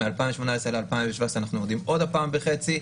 מ-2018 ל-2017 אנחנו יורדים עוד פעם בחצי,